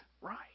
right